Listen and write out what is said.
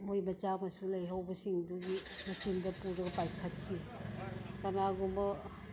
ꯃꯣꯏ ꯃꯆꯥ ꯃꯁꯨ ꯂꯩꯍꯧꯕꯁꯤꯡꯗꯨꯒꯤ ꯃꯆꯤꯟꯗ ꯄꯨꯔꯒ ꯄꯥꯏꯈꯠꯈꯤ ꯀꯅꯥꯒꯨꯝꯕ